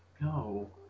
No